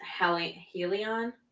Helion